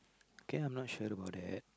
can I'm not sure about that